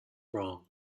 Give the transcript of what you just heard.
wrong